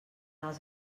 els